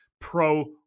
pro